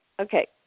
Okay